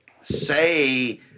say